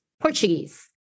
Portuguese